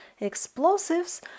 explosives